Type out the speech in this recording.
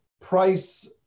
price